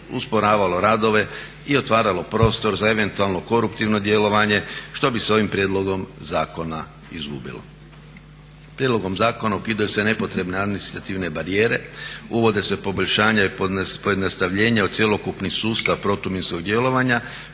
usporavalo radove i otvaralo prostor za eventualno koruptivno djelovanje što bi s ovim prijedlogom zakona izgubilo. Prijedlogom zakona ukidaju se nepotrebne administrativne barijere, uvode se poboljšanja i pojednostavljenja u cjelokupni sustav protuminskog djelovanja